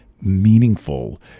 meaningful